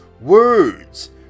words